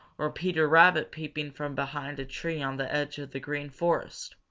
or peter rabbit peeping from behind a tree on the edge of the green forest,